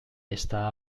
está